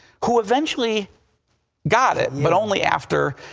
who eventually got it, but only after